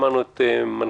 שמענו את מנכ"ל